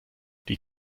die